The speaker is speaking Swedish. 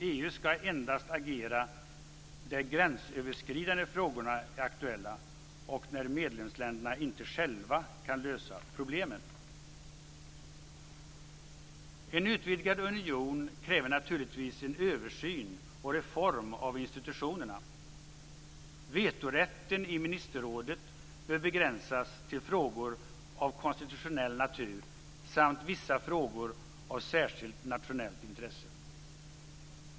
EU ska endast agera där de gränsöverskridande frågorna är aktuella och när medlemsländerna inte själva kan lösa problemen. En utvidgad union kräver naturligtvis en översyn och reform av institutionerna. Vetorätten i ministerrådet bör begränsas till frågor av konstitutionell natur samt vissa frågor av särskilt nationellt intresse.